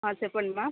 చెప్పండి మ్యామ్